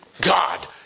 God